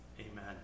Amen